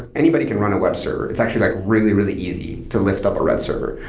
anybody can run a web server. it's actually like really, really easy to lift up a red server,